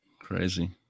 crazy